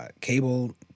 cable